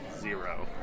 Zero